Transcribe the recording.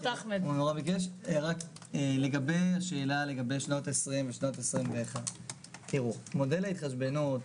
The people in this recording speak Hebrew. השאלה לגבי שנת 20' ושנת 21'. מודל ההתחשבנות,